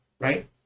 right